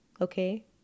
okay